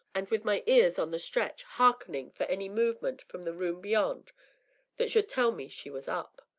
and with my ears on the stretch, hearkening for any movement from the room beyond that should tell me she was up.